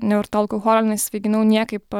nevartojau alkoholio nesisvaiginau niekaip